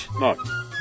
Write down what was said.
No